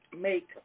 make